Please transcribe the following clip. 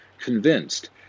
convinced